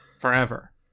Forever